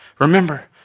Remember